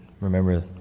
remember